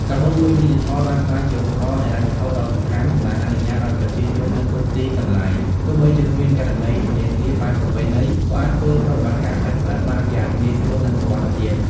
កាបូបលុយឌីជីថលបានក្លាយជាឧបករណ៍ហិរញ្ញវត្ថុដ៏សំខាន់ដែលអនុញ្ញាតឱ្យប្រជាជននៅគ្រប់ទីកន្លែង ទោះបីជាគ្មានគណនីធនាគារបែបប្រពៃណី ក៏អាចធ្វើប្រតិបត្តិការសាច់ប្រាក់បានយ៉ាងងាយស្រួល និងសុវត្ថិភាព។